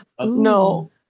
No